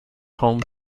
home